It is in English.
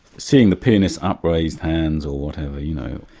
seeing the pianist's upraised hands or whatever, you know,